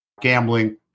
gambling